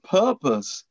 purpose